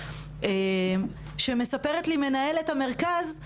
מספרת לי מנהלת המרכז,